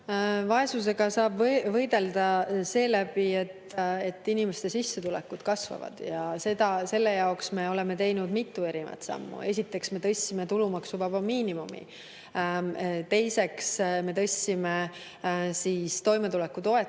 Vaesusega saab võidelda seeläbi, et inimeste sissetulekud kasvavad. Selle jaoks me oleme teinud mitu sammu. Esiteks, me tõstsime tulumaksuvaba miinimumi. Teiseks, me tõstsime toimetulekutoetust